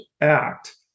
Act